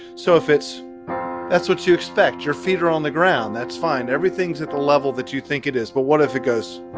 so if it's that's what you expect your feet are on the ground, that's fine. everything's at the level that you think it is. but what if it goes?